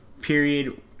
period